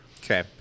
Okay